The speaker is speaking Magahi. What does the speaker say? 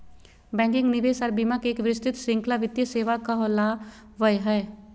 बैंकिंग, निवेश आर बीमा के एक विस्तृत श्रृंखला वित्तीय सेवा कहलावय हय